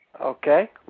Okay